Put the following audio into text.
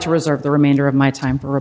to reserve the remainder of my time for